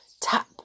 tap